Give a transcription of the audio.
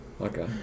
Okay